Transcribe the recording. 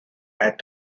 add